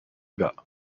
bas